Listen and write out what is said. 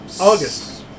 August